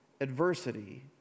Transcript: adversity